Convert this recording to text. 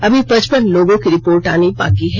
अभी पचपन लोगों की रिपोर्ट आनी बाकी है